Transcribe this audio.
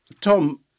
Tom